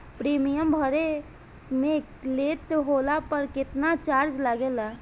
Premium भरे मे late होला पर केतना चार्ज लागेला?